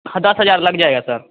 हाँ दस हज़ार लग जाएगा सर